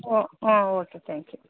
ಓ ಹಾಂ okay thank you